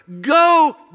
Go